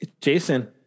Jason